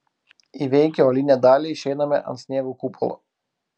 įveikę uolinę dalį išeiname ant sniego kupolo